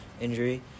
injury